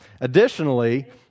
Additionally